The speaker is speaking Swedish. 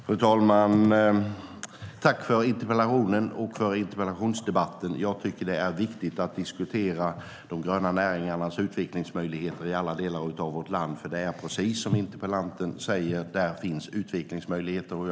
Fru talman! Jag tackar för interpellationen och debatten. Det är viktigt att diskutera de gröna näringarnas utvecklingsmöjligheter i alla delar av vårt land eftersom det är där, precis som interpellanten säger, som utvecklingsmöjligheter finns.